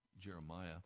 Jeremiah